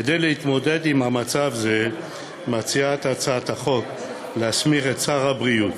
כדי להתמודד עם מצב זה מציעה הצעת החוק להסמיך את שר הבריאות,